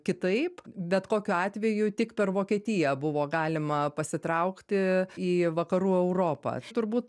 kitaip bet kokiu atveju tik per vokietiją buvo galima pasitraukti į vakarų europą turbūt